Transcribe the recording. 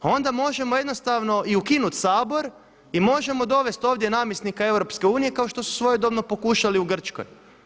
Pa onda možemo jednostavno i ukinuti Sabor i možemo dovesti ovdje namjesnika EU kao što su svojedobno pokušali u Grčkoj.